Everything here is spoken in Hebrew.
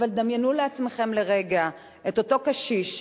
אבל דמיינו לעצמכם לרגע את אותו קשיש,